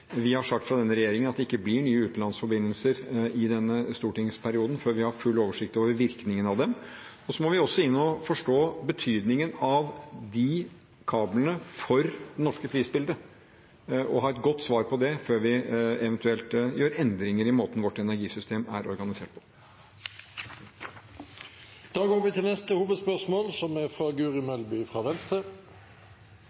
at det ikke blir nye utenlandsforbindelser i denne stortingsperioden før vi har full oversikt over virkningene av dem. Vi må også forstå betydningen av disse kablene for det norske prisbildet og ha et godt svar på det før vi eventuelt gjør endringer i måten vårt energisystem er organisert på. Vi går videre til neste hovedspørsmål.